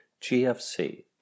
GFC